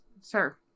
sir